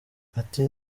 ati